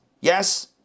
Yes